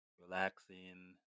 relaxing